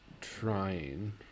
trying